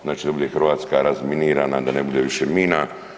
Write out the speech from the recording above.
Znači da bude Hrvatska razminirana, da ne bude više mina.